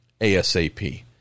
ASAP